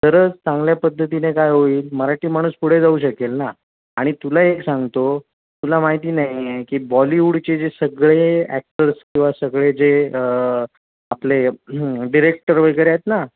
तरच चांगल्या पद्धतीने काय होईल मराठी माणूस पुढे जाऊ शकेल ना आणि तुला एक सांगतो तुला माहिती नाही आहे की बॉलिवूडचे जे सगळे ॲक्टर्स किंवा सगळे जे आपले डिरेक्टर वगैरे आहेत ना